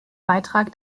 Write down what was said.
beitrag